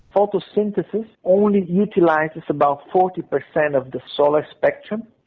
photosynthesis only utilises about forty percent of the solar spectrum.